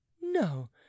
No